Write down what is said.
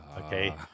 Okay